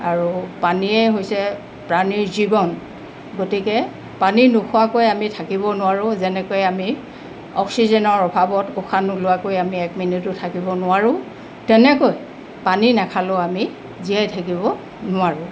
আৰু পানীয়েই হৈছে প্ৰাণীৰ জীৱন গতিকে পানী নোখোৱাকৈ আমি থাকিব নোৱাৰোঁ যেনেকৈ আমি অক্সিজেনৰ অভাৱত উশাহ নোলোৱাকৈ আমি এক মিনিটো থাকিব নোৱাৰোঁ তেনেকৈ পানী নাখালেও আমি জীয়াই থাকিব নোৱাৰোঁ